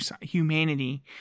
humanity